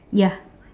ya